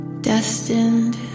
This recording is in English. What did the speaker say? destined